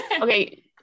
Okay